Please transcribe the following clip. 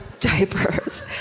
Diapers